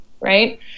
Right